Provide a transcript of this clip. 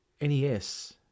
NES